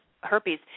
herpes